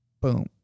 Boom